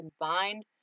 combined